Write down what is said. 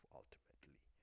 ultimately